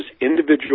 individual